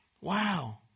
Wow